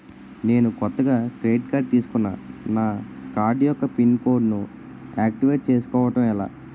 నేను కొత్తగా credit card తిస్కున్నా నా కార్డ్ యెక్క పిన్ కోడ్ ను ఆక్టివేట్ చేసుకోవటం ఎలా?